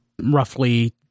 roughly